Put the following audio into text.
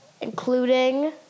including